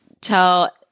tell